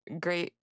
great